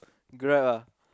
Grab ah